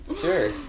Sure